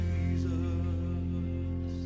Jesus